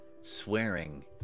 swearing